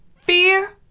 fear